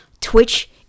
Twitch